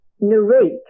narrate